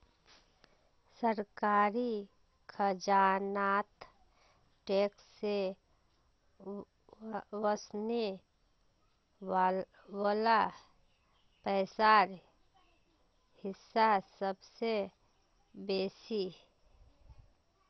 सरकारी खजानात टैक्स से वस्ने वला पैसार हिस्सा सबसे बेसि